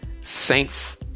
Saints